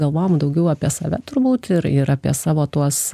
galvojom daugiau apie save turbūt ir ir apie savo tuos